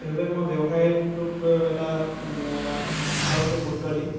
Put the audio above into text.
সেইবাবে মই ব্যৱসায়টোক লৈ এটা ভালকে গুৰুত্ব দিম